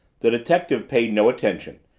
the detective paid no attention,